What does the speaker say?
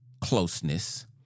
closeness